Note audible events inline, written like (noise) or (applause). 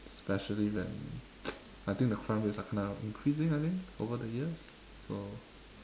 especially when (noise) I think the crime rates are kinda increasing I think over the years so